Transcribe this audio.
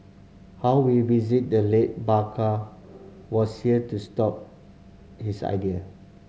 how we visit the late Barker was here to stop his idea